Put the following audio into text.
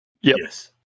Yes